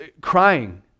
crying